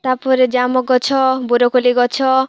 ତା'ପରେ ଜାମୁ ଗଛ ବରକୋଳି ଗଛ